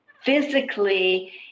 physically